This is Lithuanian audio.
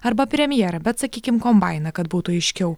arba premjerą bet sakykim kombainą kad būtų aiškiau